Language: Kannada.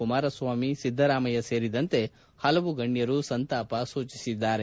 ಕುಮಾರಸ್ವಾಮಿ ಸಿದ್ದರಾಮಯ್ಯ ಸೇರಿದಂತೆ ಪಲವು ಗಣ್ಯರು ಸಂತಾಪ ಸೂಚಿಸಿದ್ದಾರೆ